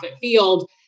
field